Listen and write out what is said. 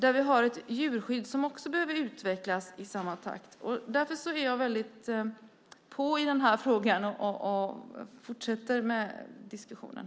Djurskyddet behöver utvecklas i samma takt som sporten. Därför trycker jag på i denna fråga och vill fortsätta diskussionen.